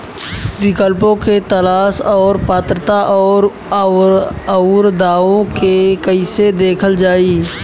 विकल्पों के तलाश और पात्रता और अउरदावों के कइसे देखल जाइ?